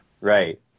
right